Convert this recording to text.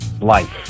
life